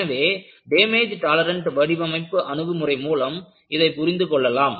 எனவே damage tolerant வடிவமைப்பு அணுகுமுறை மூலம் இதைப் புரிந்து கொள்ளலாம்